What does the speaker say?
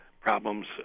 problems